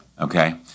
Okay